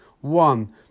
one